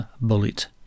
Bullet